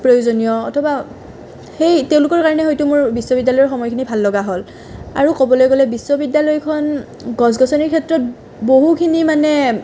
প্ৰয়োজনীয় অথবা সেই তেওঁলোকৰ কাৰণে হয়তো মোৰ বিশ্ববিদ্যালয়ৰ সময়খিনি ভাল লগা হ'ল আৰু ক'বলৈ গ'লে বিশ্ববিদ্যালয়খন গছ গছনিৰ ক্ষেত্ৰত বহুখিনি মানে